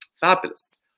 Fabulous